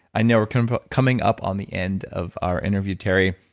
i know we're kind of coming up on the end of our interview teri.